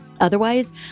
otherwise